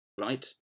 right